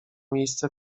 miejsce